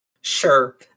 Sure